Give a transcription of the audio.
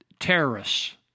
terrorists